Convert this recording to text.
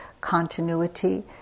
continuity